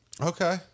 Okay